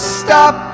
stop